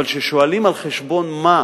אבל כששואלים על חשבון מה,